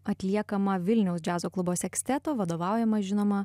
atliekama vilniaus džiazo klubo seksteto vadovaujama žinoma